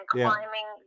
climbing